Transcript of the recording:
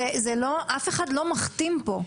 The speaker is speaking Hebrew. אף אחד לא מכתים פה.